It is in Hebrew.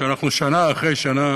שאנחנו שנה אחרי שנה